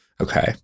Okay